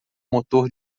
motor